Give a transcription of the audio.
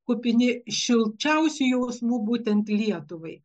kupini šilčiausių jausmų būtent lietuvai